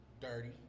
Dirty